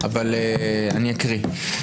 אבל אני אקריא.